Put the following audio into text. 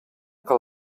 que